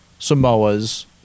Samoa's